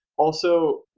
also,